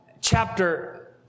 chapter